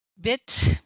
bit